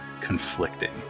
conflicting